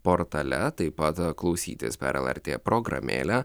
portale taip pat klausytis per lrt programėlę